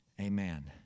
amen